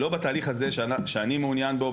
לא בתהליך הזה שאני מעוניין בו,